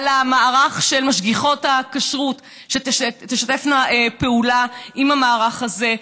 על המערך של משגיחות הכשרות שתשתפנה פעולה עם המערך הזה.